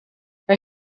hij